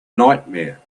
nightmare